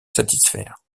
satisfaire